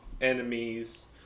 enemies